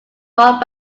brought